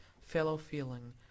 fellow-feeling